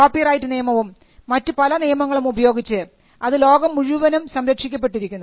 copyright നിയമവും മറ്റു പല നിയമങ്ങളും ഉപയോഗിച്ച് അത് ലോകം മുഴുവനും സംരക്ഷിക്കപ്പെട്ടിരിക്കുന്നു